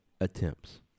attempts